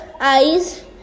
eyes